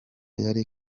yari